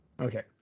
Okay